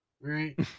right